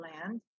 land